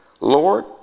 Lord